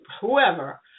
whoever